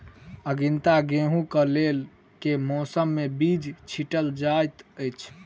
आगिता गेंहूँ कऽ लेल केँ मौसम मे बीज छिटल जाइत अछि?